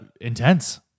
intense